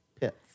Pits